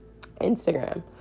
Instagram